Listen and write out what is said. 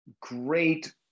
great